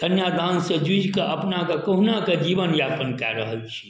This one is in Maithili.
कन्यादानसँ जुझिकऽ अपनाके कहुनाकऽ जीवन यापन कऽ रहल छी